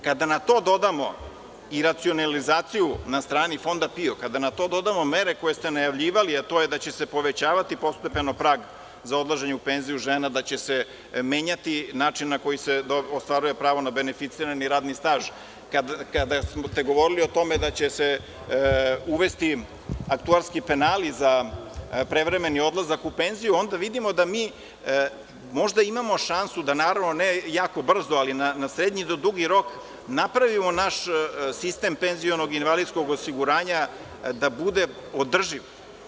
Kada na to dodamo i racionalizaciju na strani fonda PIO, kada na to dodamo mere koje ste najavljivali, a to je da će se povećavati postepeno prag za odlaženje u penziju žena, da će se menjati način na koji se ostvaruje pravo na beneficirani radni staž, kada ste govorili o tome da će se uvesti aktuarski penali za prevremeni odlazak u penziju, onda vidimo da možda imamo šansu da, naravno, ne jako brzo, ali na srednji do dugi rok, napravimo naš sistem penzionog i invalidskog osiguranja da bude održiv.